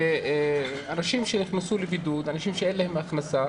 אנשים שנכנסו לבידוד, אנשים שאין להם הכנסה,